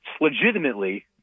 legitimately